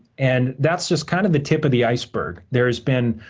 and that's just kind of the tip of the iceberg. there has been